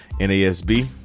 NASB